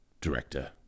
Director